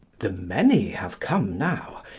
the many have come now.